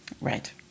Right